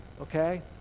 okay